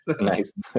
nice